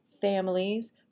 families